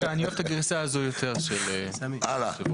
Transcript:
אבל חשוב לי להגיד מההתחלה שיש הרבה